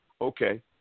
okay